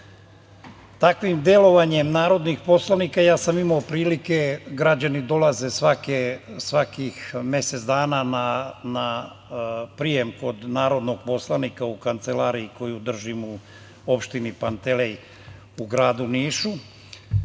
takvim delovanjem narodnih poslanika ja sam imao prilike, građani dolaze svakih mesec dana na prijem kod narodnog poslanika u kancelariju koju držim u opštini Pantelej u gradu Nišu,